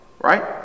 right